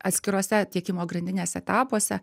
atskiruose tiekimo grandinės etapuose